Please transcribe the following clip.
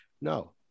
No